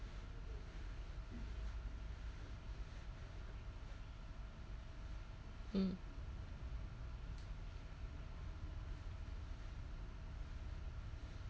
mm